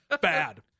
bad